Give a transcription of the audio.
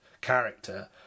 Character